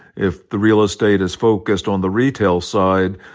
if the real estate is focused on the retail side,